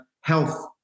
health